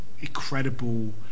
incredible